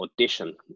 audition